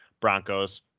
Broncos